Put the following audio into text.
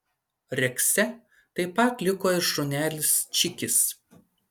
rekse taip pat liko ir šunelis čikis